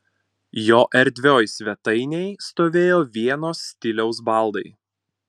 jo erdvioj svetainėj stovėjo vienos stiliaus baldai